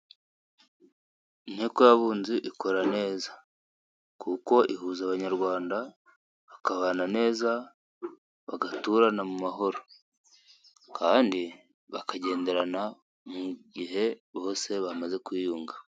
Inteko y'abunzi ikora neza kuko ihuza abanyarwanda bakabana neza bagaturana mu mahoro kandi bakagenderana mu gihe bose bamaze kwiyunga.